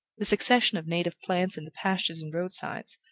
the succession of native plants in the pastures and roadsides,